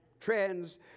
Trends